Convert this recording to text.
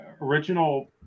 original